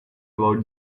about